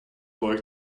like